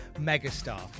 megastar